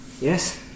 Yes